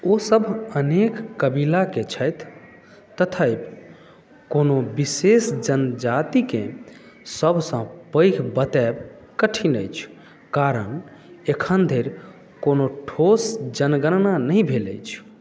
ओ सभ अनेक कबीलाके छथि तथापि कोनो विशेष जनजातिकेँ सभसँ पैघ बताएब कठिन अछि कारण एखन धरि कोनो ठोस जनगणना नहि भेल अछि